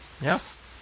Yes